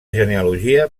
genealogia